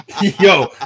Yo